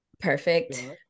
Perfect